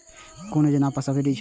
कुन योजना पर सब्सिडी छै?